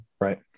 Right